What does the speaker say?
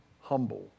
humble